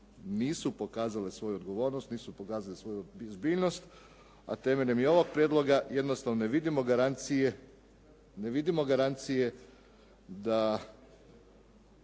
nisu pokazale svoju odgovornost, nisu pokazale svoju ozbiljnost. A temeljem i ovog prijedloga jednostavno ne vidimo garancije da